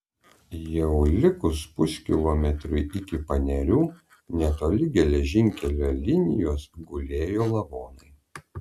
jau likus puskilometriui iki panerių netoli geležinkelio linijos gulėjo lavonai